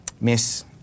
Miss